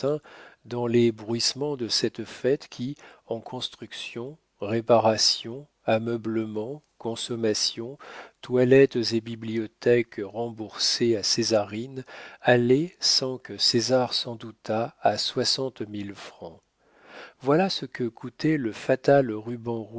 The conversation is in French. dans les bruissements de cette fête qui en constructions réparations ameublements consommations toilettes et bibliothèque remboursée à césarine allait sans que césar s'en doutât à soixante mille francs voilà ce que coûtait le fatal ruban